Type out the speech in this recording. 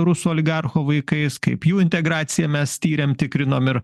rusų oligarcho vaikais kaip jų integraciją mes tyrėm tikrinom ir